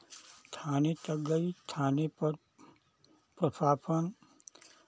थाने तक गई थाने पर प्रशासन